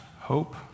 hope